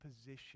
position